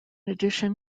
addition